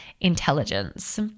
intelligence